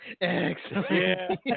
Excellent